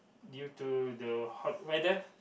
due to the hot weather